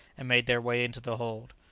and made their way into the hold.